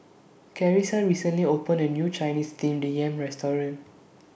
Carissa recently opened A New Chinese Steamed Yam Restaurant